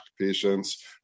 patients